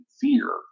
fear